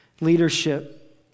Leadership